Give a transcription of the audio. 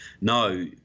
No